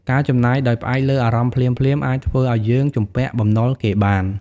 ការចំណាយដោយផ្អែកលើអារម្មណ៍ភ្លាមៗ អាចធ្វើឲ្យយើងជំពាក់បំណុលគេបាន។